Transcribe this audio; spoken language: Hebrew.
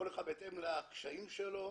כל אחד בהתאם לקשיים שלו,